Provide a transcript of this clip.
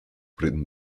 written